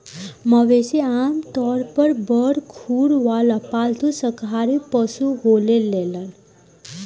मवेशी आमतौर पर बड़ खुर वाला पालतू शाकाहारी पशु होलेलेन